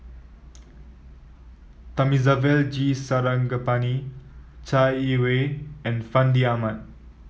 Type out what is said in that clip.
Thamizhavel G Sarangapani Chai Yee Wei and Fandi Ahmad